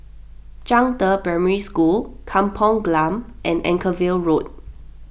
Zhangde Primary School Kampung Glam and Anchorvale Road